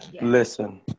Listen